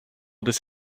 this